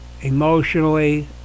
emotionally